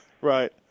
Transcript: Right